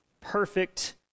perfect